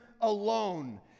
alone